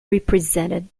represented